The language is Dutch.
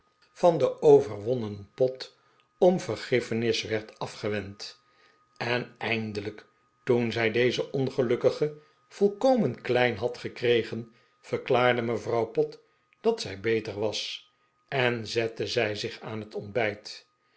van den overwonnen pott om vergiffenis werd af gewend en eindelijk toen zij dezen ongelukkige volkomen klein had gekregen verklaarde mevrouw pott dat zij beter was en zette zij zich aan het ontbijt